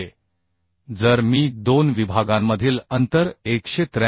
म्हणजे जर मी दोन विभागांमधील अंतर 183